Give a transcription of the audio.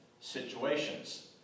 situations